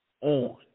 on